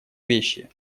вещи